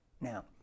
Now